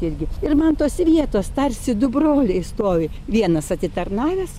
irgi ir man tos vietos tarsi du broliai stovi vienas atitarnavęs